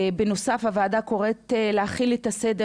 בנוסף, הוועדה קוראת להחיל את הסדר